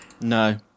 No